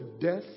death